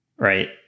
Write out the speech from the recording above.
right